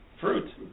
fruit